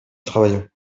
travaillions